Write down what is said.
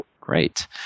Great